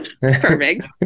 perfect